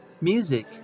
music